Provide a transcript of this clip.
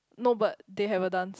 no but they have a dance